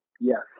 Yes